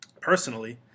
personally